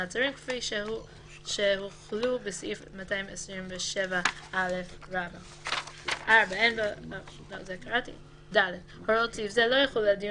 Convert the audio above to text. מעצרים כפי שהוחלו בסעיף 227א. (ד)הוראות סעיף זה לא יחולו על דיון